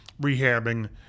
rehabbing